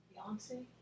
Beyonce